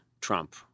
Trump